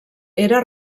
era